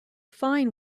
fine